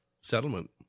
settlement